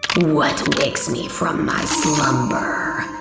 what wakes me from my slumber?